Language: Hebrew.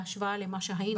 בהשוואה למה שהיינו.